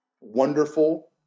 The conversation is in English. wonderful